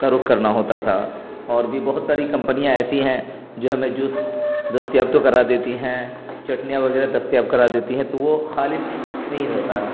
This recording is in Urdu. کا رخ کرنا ہوتا تھا اور بھی بہت ساری کمپنیاں ایسی ہیں جو ہمیں جوس دستیاب تو کرا دیتی ہیں چٹنیاں وغیرہ دستیاب کرا دیتی ہیں تو وہ خالص نہیں ہوتا ہے